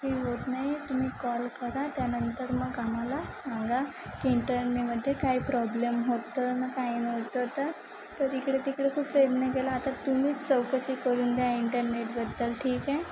हे होत नाही तुम्ही कॉल करा त्यानंतर मग आम्हाला सांगा की इंटरनेमध्ये काही प्रॉब्लेम होतं नं काय नव्हतं तर तर तिकडे तिकडे खूप प्रयत्न केला आता तुम्हीच चौकशी करून द्या इंटरनेटबद्दल ठीक आहे